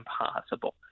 impossible